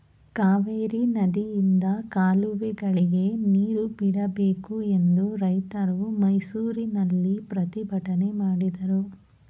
ಕಾವೇರಿ ನದಿಯಿಂದ ಕಾಲುವೆಗಳಿಗೆ ನೀರು ಬಿಡಬೇಕು ಎಂದು ರೈತರು ಮೈಸೂರಿನಲ್ಲಿ ಪ್ರತಿಭಟನೆ ಮಾಡಿದರು